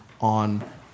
on